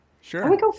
Sure